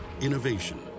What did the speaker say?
Innovation